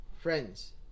friends